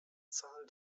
zahl